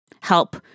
help